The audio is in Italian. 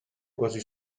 quasi